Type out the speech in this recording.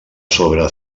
sobre